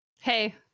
Hey